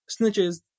snitches